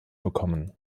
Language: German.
bekommen